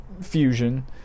fusion